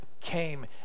came